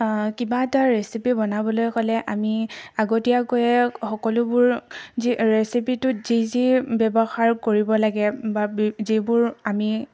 কিবা এটা ৰেচিপি বনাবলৈ হ'লে আমি আগতীয়াকৈয়ে সকলোবোৰ যি ৰেচিপিটোত যি যি যিবোৰ ব্যৱহাৰ কৰিব লাগে বা যিবোৰ আমি